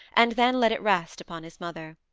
and then let it rest upon his mother.